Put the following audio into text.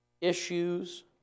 issues